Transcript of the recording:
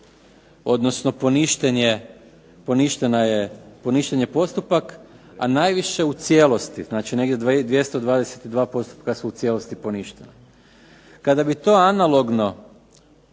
odnosno poništen je postupak, a najviše u cijelosti, znači negdje 222 postupka su u cijelosti poništena. Kada bi to analogno